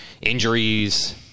Injuries